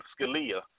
Scalia